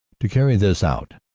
to carry this out,